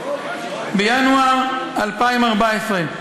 בינואר 2014,